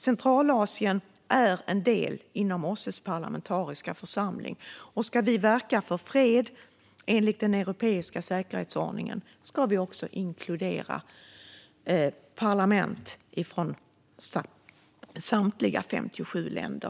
Centralasien är en del inom OSSE:s parlamentariska församling. Ska vi verka för fred enligt den europeiska säkerhetsordningen ska vi också inkludera parlament från samtliga 57 länder.